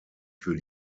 für